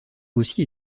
aussi